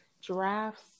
giraffes